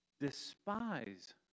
despise